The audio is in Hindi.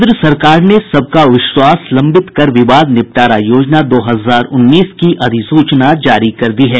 केंद्र सरकार ने सबका विश्वास लंबित कर विवाद निपटारा योजना दो हजार उन्नीस की अधिसूचना जारी कर दी है